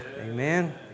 Amen